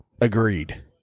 Agreed